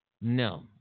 No